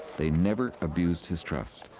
they never abused his trust.